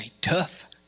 tough